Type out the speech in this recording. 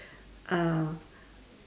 uh